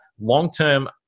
long-term